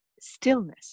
Stillness